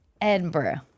Edinburgh